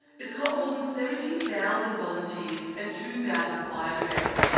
it's got more than seventy thousand volunteers and two thousand fire brigades,